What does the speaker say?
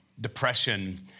depression